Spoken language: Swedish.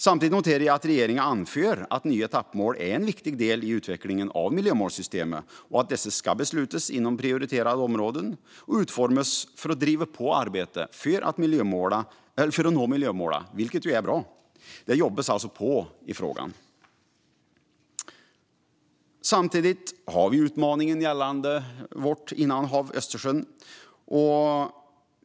Samtidigt noterar jag att regeringen anför att nya etappmål är en viktig del i utvecklingen av miljömålssystemet och att dessa ska beslutas inom prioriterade områden och utformas för att driva på arbetet för att nå miljömålen, vilket är bra. Det jobbas alltså på i frågan. Vi har samtidigt utmaningen gällande vårt innanhav Östersjön.